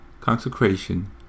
consecration